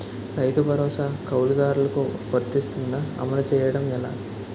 రైతు భరోసా కవులుదారులకు వర్తిస్తుందా? అమలు చేయడం ఎలా